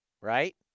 right